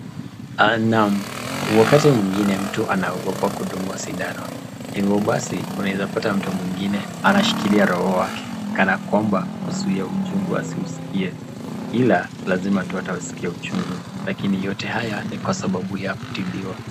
Naam! Wakati mwingine mtu anaogopa kudungwa sindano, hivyo basi unaweza pata mtu mwingine anashikilia roho wake kana kwamba kuzuia uchungu asiuskie, ila lazima tu atauskia uchungu, lakini yote haya ni kwa sababu ya kutibiwa.